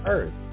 Earth